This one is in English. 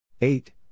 Eight